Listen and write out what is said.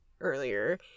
earlier